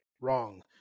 Wrong